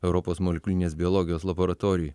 europos molekulinės biologijos laboratorijoj